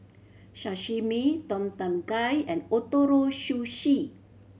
Sashimi Tom Kha Gai and Ootoro Sushi